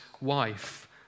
wife